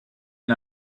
and